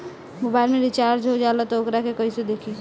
Mobile में recharge हो जाला त वोकरा के कइसे देखी?